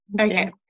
okay